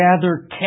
gather